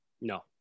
No